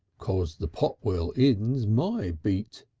cos the potwell inn's my beat.